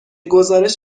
گزارش